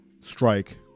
strike